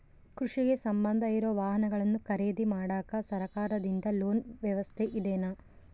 ಕೃಷಿಗೆ ಸಂಬಂಧ ಇರೊ ವಾಹನಗಳನ್ನು ಖರೇದಿ ಮಾಡಾಕ ಸರಕಾರದಿಂದ ಲೋನ್ ವ್ಯವಸ್ಥೆ ಇದೆನಾ?